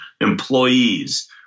Employees